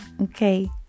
okay